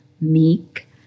meek